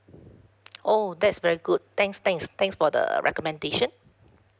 oh that's very good thanks thanks thanks for the recommendation